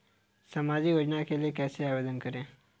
सामाजिक योजना के लिए कैसे आवेदन करें?